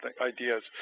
ideas